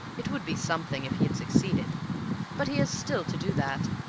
it would be something if he had succeeded but he has still to do that.